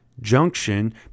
Junction